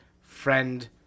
friend